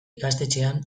ikastetxean